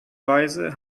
weise